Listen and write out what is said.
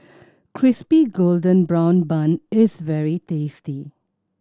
Crispy Golden Brown Bun is very tasty